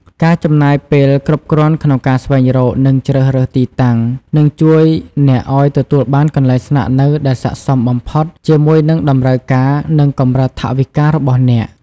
ការចំណាយពេលគ្រប់គ្រាន់ក្នុងការស្វែងរកនិងជ្រើសរើសទីតាំង នឹងជួយអ្នកឱ្យទទួលបានកន្លែងស្នាក់នៅដែលស័ក្តិសមបំផុតជាមួយនឹងតម្រូវការនិងកម្រិតថវិការបស់អ្នក។